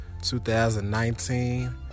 2019